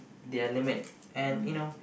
their limit and you know